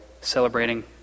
celebrating